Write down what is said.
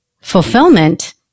fulfillment